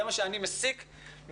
זה מה שאני מסיק מהדיון.